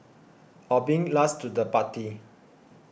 or being last to the party